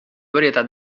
varietat